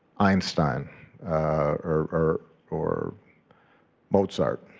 einstein or or mozart,